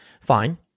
Fine